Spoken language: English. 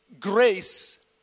grace